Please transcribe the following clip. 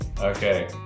Okay